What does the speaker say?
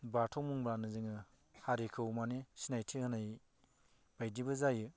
बाथौ बुंब्लानो जोङो हारिखौ माने सिनायथि होनाय बायदिबो जायो